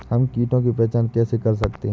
हम कीटों की पहचान कैसे कर सकते हैं?